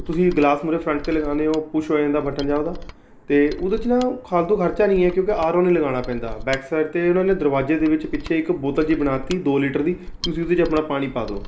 ਤੁਸੀਂ ਗਲਾਸ ਮੂਹਰੇ ਫਰੰਟ 'ਤੇ ਲਗਾਉਂਦੇ ਹੋ ਪੁਸ਼ ਹੋ ਜਾਂਦਾ ਬਟਨ ਜਾ ਉਹਦਾ ਅਤੇ ਉਹਦੇ 'ਚ ਨਾ ਫਾਲਤੂ ਖਰਚਾ ਨਹੀਂ ਹੈ ਕਿਉਂਕਿ ਆਰ ਓ ਨਹੀਂ ਲਗਾਉਣਾ ਪੈਂਦਾ ਬੈਕ ਸਾਈਡ 'ਤੇ ਉਨ੍ਹਾਂ ਨੇ ਦਰਵਾਜ਼ੇ ਦੇ ਵਿੱਚ ਪਿੱਛੇ ਇੱਕ ਬੋਤਲ ਜੀ ਬਣਾ ਤੀ ਦੋ ਲੀਟਰ ਦੀ ਤੁਸੀਂ ਉਹਦੇ 'ਚ ਆਪਣਾ ਪਾਣੀ ਪਾ ਦਿਉ